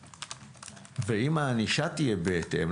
ואם הענישה תהיה בהתאם,